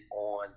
on